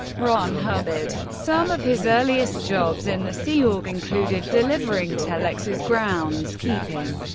ron hubbard some of his earliest jobs in the sea org included delivering telexes, grounds-keeping,